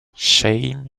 shame